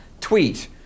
tweet